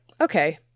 okay